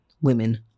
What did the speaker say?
women